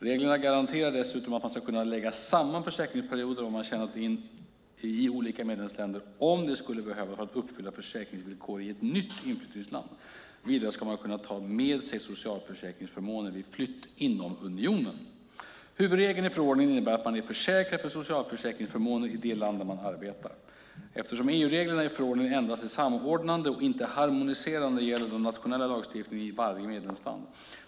Reglerna garanterar dessutom att man ska kunna lägga samman försäkringsperioder som man tjänat in i olika medlemsländer om det skulle behövas för att uppfylla försäkringsvillkor i ett nytt inflyttningsland. Vidare ska man kunna ta med sig socialförsäkringsförmåner vid flytt inom unionen. Huvudregeln i förordningen innebär att man är försäkrad för socialförsäkringsförmåner i det land där man arbetar. Eftersom EU-reglerna i förordningen endast är samordnande och inte harmoniserande gäller den nationella lagstiftningen i varje medlemsland.